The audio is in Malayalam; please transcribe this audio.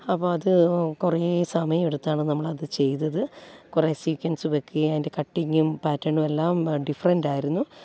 അപ്പോൾ അത് കുറേ സമയമെടുത്താണ് നമ്മളത് ചെയ്തത് കുറേ സീക്ക്വൻസ് വെയ്ക്കുകയും അതിൻ്റെ കട്ടിങ്ങും പാറ്റേണുമെല്ലാം ഡിഫറെൻറ്റായിരുന്നു